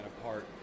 apart